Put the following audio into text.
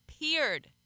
appeared